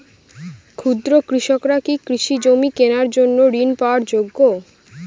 ক্ষুদ্র কৃষকরা কি কৃষি জমি কেনার জন্য ঋণ পাওয়ার যোগ্য?